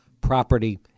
property